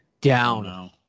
Down